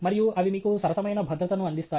మరియు అవి మీకు సరసమైన భద్రతను అందిస్తాయి